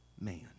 man